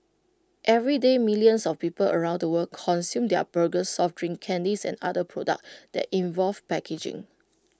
everyday millions of people around the world consume their burgers soft drinks candies and other products that involve packaging